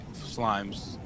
slimes